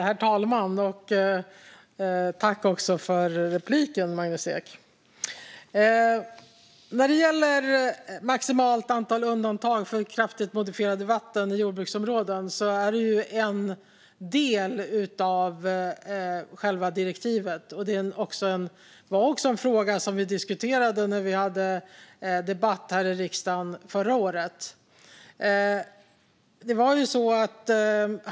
Herr talman! Tack, Magnus Ek, för repliken! När det gäller maximalt antal undantag för kraftigt modifierade vatten i jordbruksområden är det en del av själva direktivet. Det var också en fråga som vi diskuterade när vi hade debatt här i riksdagen förra året.